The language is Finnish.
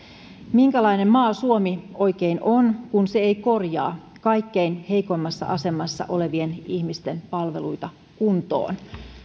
minkälainen maa suomi oikein on kun se ei korjaa kaikkein heikoimmassa asemassa olevien ihmisten palveluita kuntoon